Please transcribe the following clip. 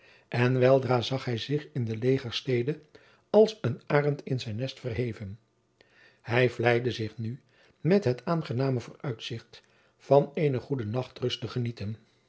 en weldra zag hij zich in de legerstede als een arend in zijn nest verheven hij vleide zich nu met het jacob van lennep de pleegzoon aangename vooruitzicht van eene goede nachtrust te genieten